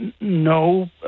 no